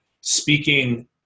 speaking